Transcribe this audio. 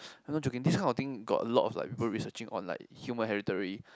I'm not joking this kind of thing got a lot like people researching on like human hereditary